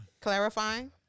clarifying